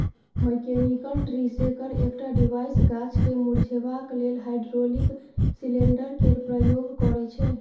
mechanical tree shaker एकटा device गाछ केँ मुरझेबाक लेल हाइड्रोलिक सिलेंडर केर प्रयोग करय छै